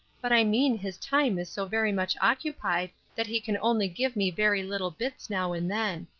but i mean his time is so very much occupied that he can only give me very little bits now and then.